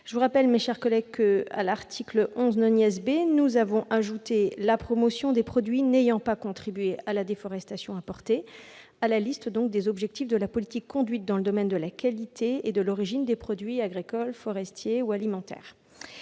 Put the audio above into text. Je rappelle que, en raison de l'adoption de l'article 11 B, nous avons ajouté la promotion des produits n'ayant pas contribué à la déforestation importée à la liste des objectifs de la politique conduite dans le domaine de la qualité et de l'origine des produits agricoles, forestiers ou alimentaires